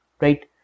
right